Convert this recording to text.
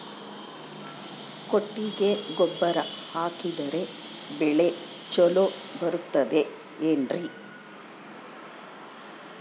ಕೊಟ್ಟಿಗೆ ಗೊಬ್ಬರ ಹಾಕಿದರೆ ಬೆಳೆ ಚೊಲೊ ಬರುತ್ತದೆ ಏನ್ರಿ?